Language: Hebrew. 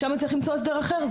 שם צריך למצוא הסדר אחר.